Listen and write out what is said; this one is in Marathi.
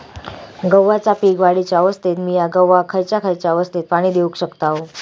गव्हाच्या पीक वाढीच्या अवस्थेत मिया गव्हाक खैयचा खैयचा अवस्थेत पाणी देउक शकताव?